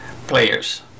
players